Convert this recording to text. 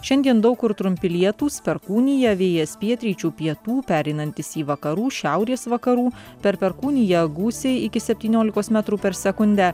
šiandien daug kur trumpi lietūs perkūnija vėjas pietryčių pietų pereinantis į vakarų šiaurės vakarų per perkūniją gūsiai iki septyniolikos metrų per sekundę